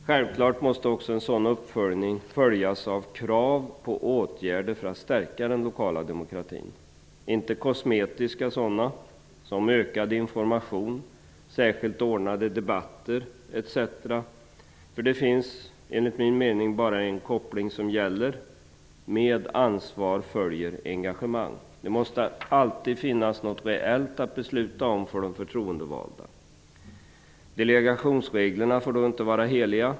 Självklart måste en sådan uppföljning följas av krav på åtgärder för att stärka den lokala demokratin, inte kosmetiska sådana som ökad information, särskilt ordnade debatter etc., för det finns enligt min mening bara en koppling som gäller -- med ansvar följer engagemang. Det måste alltid finnas något reellt att besluta om för de förtroendevalda. Delegationsreglerna får då inte vara heliga.